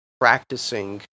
practicing